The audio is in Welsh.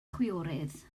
chwiorydd